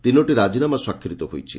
ତିନୋଟି ରାଜିନାମା ସ୍ୱାକ୍ଷରିତ ହୋଇଛି